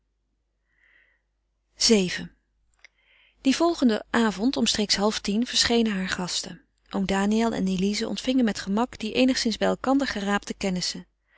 vii dien volgenden avond omstreeks half tien verschenen hare gasten oom daniël en elize ontvingen met gemak die eenigszins bij elkander geraapte kennissen